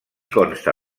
consta